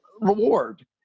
reward